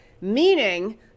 Meaning